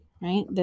right